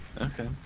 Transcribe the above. Okay